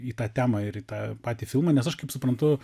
į tą temą ir į tą patį filmą nes aš kaip suprantu